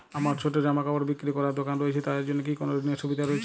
আমার ছোটো জামাকাপড় বিক্রি করার দোকান রয়েছে তা এর জন্য কি কোনো ঋণের সুবিধে রয়েছে?